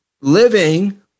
living